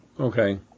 Okay